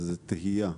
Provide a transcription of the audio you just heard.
זאת תהייה.